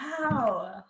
wow